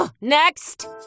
next